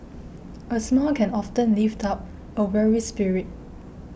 a smile can often lift up a weary spirit